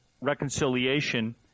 reconciliation